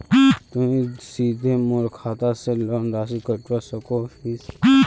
तुई सीधे मोर खाता से लोन राशि कटवा सकोहो हिस?